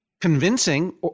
convincing